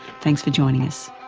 thanks for joining us.